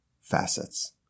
facets